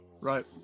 right